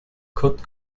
kurt